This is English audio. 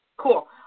Cool